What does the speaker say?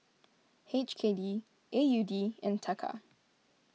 H K D A U D and Taka